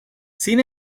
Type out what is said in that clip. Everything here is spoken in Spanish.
sin